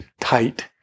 tight